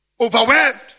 overwhelmed